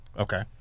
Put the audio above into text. okay